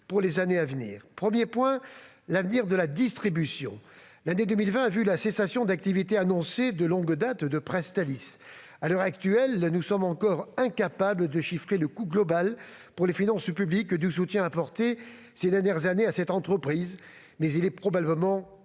premier concerne l'avenir de la distribution. L'année 2020 a vu la cessation d'activité, annoncée de longue date, de Presstalis. À l'heure actuelle, nous sommes encore incapables de chiffrer le coût global pour les finances publiques du soutien apporté ces dernières années à cette entreprise, mais il est probablement